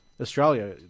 Australia